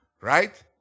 right